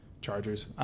Chargers